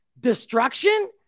destruction